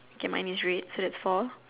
okay mine is red so that's four